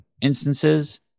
instances